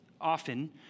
often